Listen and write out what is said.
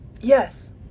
Yes